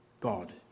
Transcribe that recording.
God